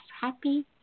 happy